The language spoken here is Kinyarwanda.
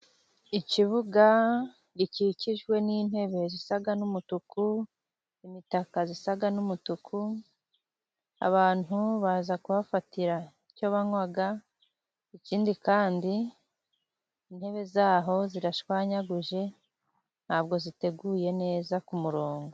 Ikibuga gikikijwe n'intebe zisa n'umutuku imitaka isa n'umutuku abantu baza kuhafatira icyo banywa ikindi kandi intebe zaho zirashwanyaguje ntabwo ziteguye neza k'umurongo.